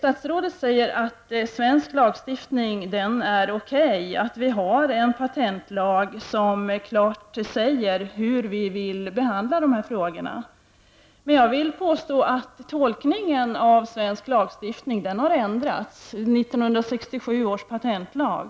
Statsrådet säger vidare att svensk lagstiftning är okej — vi har en patentlag som klart säger hur vi vill behandla dessa frågor. Men jag vill påstå att tolkningen av svensk lagstiftning har ändrats i och med 1967 års patentlag.